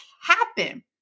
happen